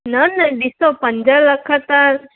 न न ॾिसो पंज लख त